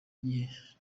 gihe